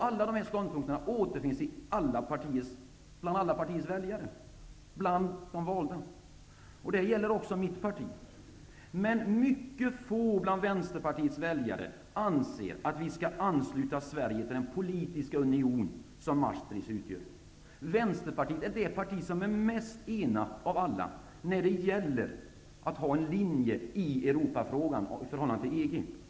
Alla dessa ståndpunkter återfinns bland alla partiers väljare och bland de valda. Det gäller också mitt parti, men mycket få av Vänsterpartiets väljare anser att vi skall ansluta Sverige till den politiska union som Maastrichtavtalet utgör. Vänsterpartiet är det parti som är mest enat av alla, när det gäller att ha en linje i Europafrågan och förhållandet till EG.